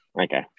Okay